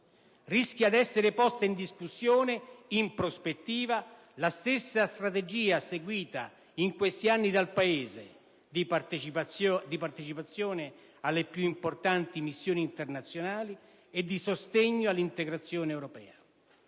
rischia di essere posta in discussione la stessa strategia seguita negli ultimi anni dal Paese di partecipazione alle più importanti missioni internazionali e di sostegno all'integrazione europea.